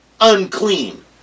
unclean